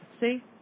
see